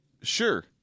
Sure